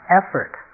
effort